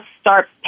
start